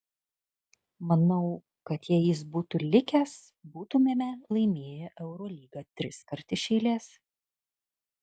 manau kad jei jis būtų likęs būtumėme laimėję eurolygą triskart iš eilės